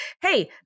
hey